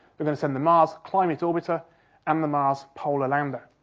we're going to send the mars climate orbiter and the mars polar lander.